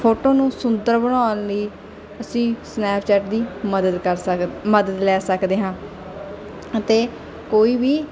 photo ਨੂੰ ਸੁੰਦਰ ਬਣਾਉਣ ਲਈ ਅਸੀਂ ਸਨੈਪਚੈਟ ਦੀ ਮਦਦ ਕਰ ਮਦਦ ਲੈ ਸਕਦੇ ਹਾਂ ਅਤੇ ਕੋਈ ਵੀ